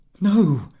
No